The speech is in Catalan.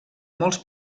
molts